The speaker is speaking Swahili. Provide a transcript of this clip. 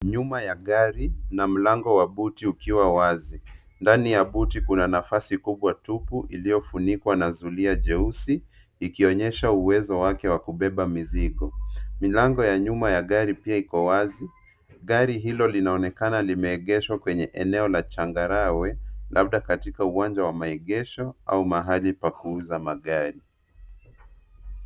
Nyuma ya gari na mlango wa buti ukiwa wazi. Ndani ya buti kuna nafasi kubwa tupu iliyofunikwa na zulia jeusi ikionyesha uwezo wake wa kubeba mizigo. Milango ya nyuma ya gari pia iko wazi. Gari hilo linaonekana limeegeshwa kwenye eneo la changarawe labda katika uwanja wa maegesho au mahali pa kuuza magari.